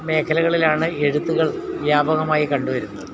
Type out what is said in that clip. മേഖലകളിലാണ് എഴുത്തുകൾ വ്യാപകമായി കണ്ട് വരുന്നത്